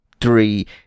three